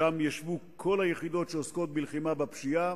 שם ישבו כל היחידות שעוסקות בלחימה בפשיעה,